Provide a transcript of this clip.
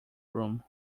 room